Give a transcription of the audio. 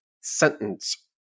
sentence